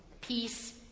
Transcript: peace